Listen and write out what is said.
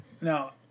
Now